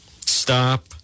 stop